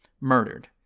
murdered